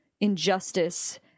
injustice